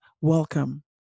welcome